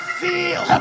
feel